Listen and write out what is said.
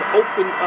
open